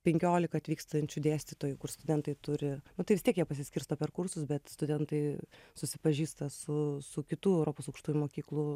penkiolika atvykstančių dėstytojų kur studentai turi nu tai vis tiek jie pasiskirsto per kursus bet studentai susipažįsta su su kitų europos aukštųjų mokyklų